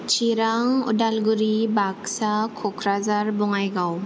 Chirang Udalguri Baksa Kokrajhar Bongaigaon